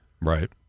Right